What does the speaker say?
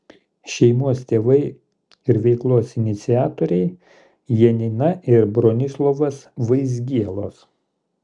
šeimos tėvai ir veiklos iniciatoriai janina ir bronislovas vaizgielos